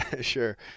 Sure